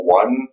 one